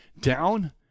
down